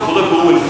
זה קורה באום-אל-פחם,